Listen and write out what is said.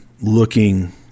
looking